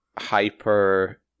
hyper